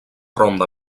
ronda